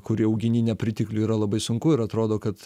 kurį augini nepritekliuj yra labai sunku ir atrodo kad